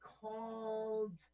called